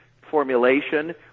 formulation